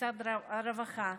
משרד הרווחה,